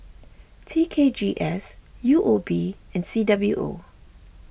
T K G S U O B and C W O